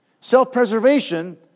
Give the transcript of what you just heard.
self-preservation